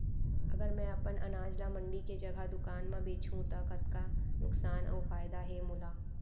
अगर मैं अपन अनाज ला मंडी के जगह दुकान म बेचहूँ त कतका नुकसान अऊ फायदा हे मोला?